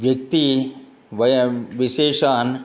व्यक्ति वय विशेषान्